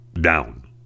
down